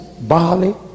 barley